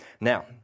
Now